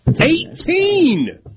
Eighteen